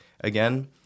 again